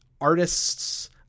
artists